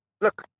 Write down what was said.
look